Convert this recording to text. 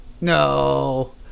No